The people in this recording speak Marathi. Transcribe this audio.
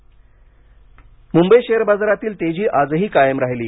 शेअर मुंबई शेअर बाजारातील तेजी आजही कायम राहिली